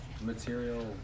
Material